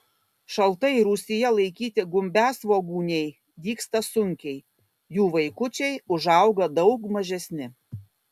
šaltai rūsyje laikyti gumbasvogūniai dygsta sunkiai jų vaikučiai užauga daug mažesni